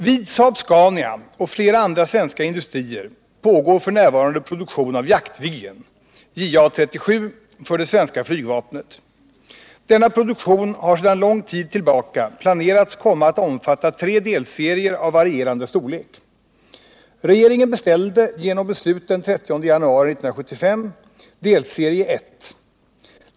Vid Saab-Scania AB och flera andra svenska industrier pågår f.n. produktion av Jaktviggen, JA 37, för det svenska flygvapnet. Denna produktion har sedan lång tid tillbaka planerats komma att omfatta tre delserier av varierande storlek. Regeringen beställde genom beslut den 30 januari 1975 delserie 1.